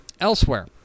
Elsewhere